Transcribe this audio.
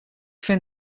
vind